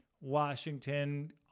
Washington